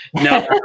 no